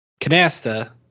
Canasta